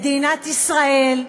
מדינת ישראל,